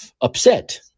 upset